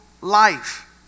life